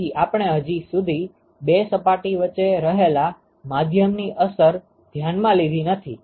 તેથી આપણે હજી સુધી બે સપાટી વચ્ચે રહેલા માધ્યમની અસર ધ્યાનમાં લીધી નથી